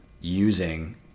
using